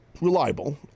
reliable